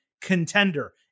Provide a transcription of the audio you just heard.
contender